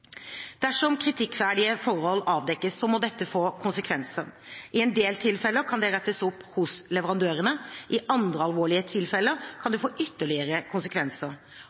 Dersom kritikkverdige forhold avdekkes, må dette få konsekvenser. I en del tilfeller kan det rettes opp hos leverandørene. I andre alvorlige tilfeller kan det få ytterligere konsekvenser.